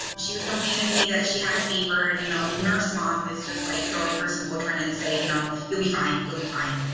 she was complaining to me that she had a fever. and, you know, nurse mom was just like, throwing her some motrin and saying, you know, you'll be fine. you'll be fine.